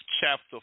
chapter